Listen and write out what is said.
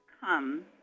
come